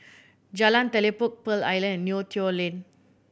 Jalan Telipok Pearl Island and Neo Tiew Lane